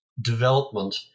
development